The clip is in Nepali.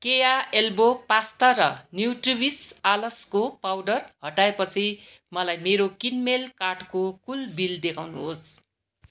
केया एल्बो पास्ता र न्युट्रिविस आलसको पाउडर हटाएपछि मलाई मेरो किनमेल कार्टको कुल बिल देखाउनुहोस्